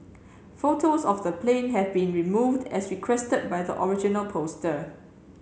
photos of the plane have been removed as requested by the original poster